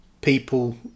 people